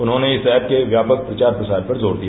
उन्होंने इस ऐप के व्यापक प्रचार प्रसार पर जोर दिया